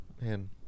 Man